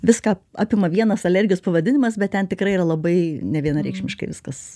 viską apima vienas alergijos pavadinimas bet ten tikrai yra labai nevienareikšmiškai viskas